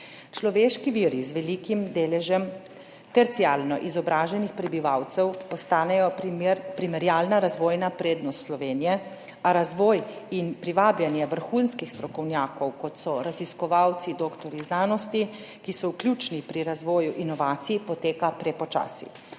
Človeški viri z velikim deležem terciarno izobraženih prebivalcev postanejo primerjalna razvojna prednost Slovenije, a razvoj in privabljanje vrhunskih strokovnjakov, kot so raziskovalci, doktorji znanosti, ki so ključni pri razvoju inovacij, poteka prepočasi.